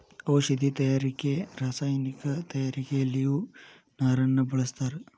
ಔಷದಿ ತಯಾರಿಕೆ ರಸಾಯನಿಕ ತಯಾರಿಕೆಯಲ್ಲಿಯು ನಾರನ್ನ ಬಳಸ್ತಾರ